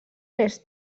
més